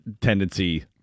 tendency